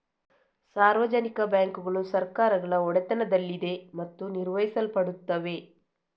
ಸಾರ್ವಜನಿಕ ಬ್ಯಾಂಕುಗಳು ಸರ್ಕಾರಗಳ ಒಡೆತನದಲ್ಲಿದೆ ಮತ್ತು ನಿರ್ವಹಿಸಲ್ಪಡುತ್ತವೆ